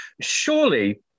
Surely